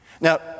Now